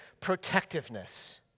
protectiveness